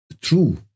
true